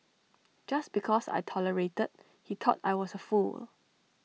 just because I tolerated he thought I was A fool